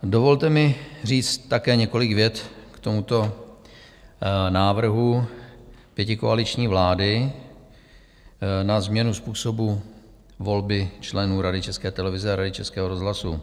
Dovolte mi říct také několik vět k tomuto návrhu pětikoaliční vlády na změnu způsobu volby členů Rady České televize a Rady Českého rozhlasu.